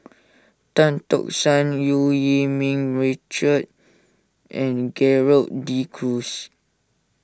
Tan Tock San Eu Yee Ming Richard and Gerald De Cruz